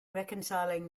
reconciling